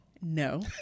No